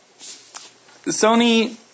Sony